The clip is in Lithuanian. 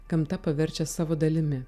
gamta paverčia savo dalimi